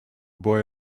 boy